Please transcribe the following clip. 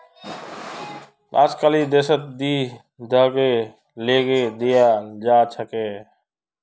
अजकालित देशत दी तरह स लोन दियाल जा छेक